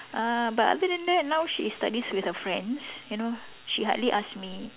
uh but other than that now she is studies with her friends you know she hardly asks me